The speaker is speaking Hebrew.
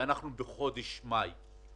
ואנחנו בחודש מאי.